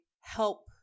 help